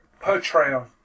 portrayal